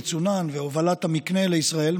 מצונן והובלת המקנה לישראל,